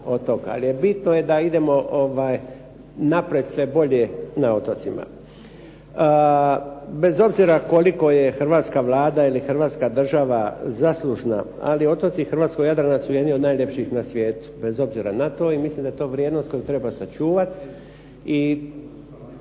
Ali bitno je da idemo naprijed sve bolje na otocima. Bez obzira koliko je hrvatska Vlada ili Hrvatska Država zaslužna, ali otoci hrvatskog Jadrana su jedni od najljepših na svijetu, bez obzira na to i mislim da je to vrijednost koju treba sačuvati.